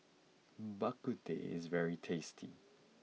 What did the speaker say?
Bak Kut Teh is very tasty